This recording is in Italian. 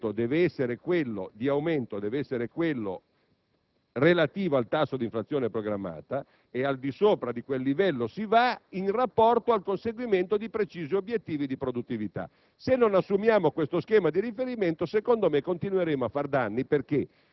dei dipendenti del Senato si possa assumere questo riferimento: l'intervento di aumento deve essere quello relativo al tasso di inflazione programmata e al di sopra di quel livello si va in rapporto al conseguimento di precisi obiettivi di produttività.